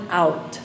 out